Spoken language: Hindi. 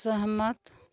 सहमत